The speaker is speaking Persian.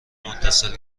متصل